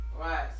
right